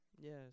yes